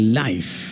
life